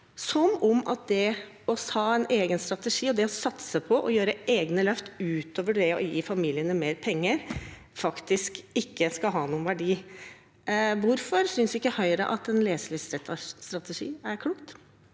som om det å ha en egen strategi og satse på å gjøre egne løft utover det å gi familiene mer penger, ikke har noen verdi. Hvorfor synes ikke Høyre at en leselyststrategi er klokt?